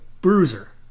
bruiser